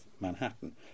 Manhattan